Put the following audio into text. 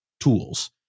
tools